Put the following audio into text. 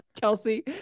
Kelsey